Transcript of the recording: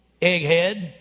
egghead